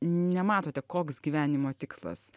nematote koks gyvenimo tikslas